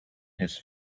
his